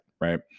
Right